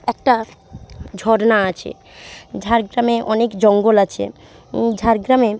একটা ঝরনা আছে ঝাড়গ্রামে অনেক জঙ্গল আছে ঝাড়গ্রামে